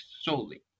solely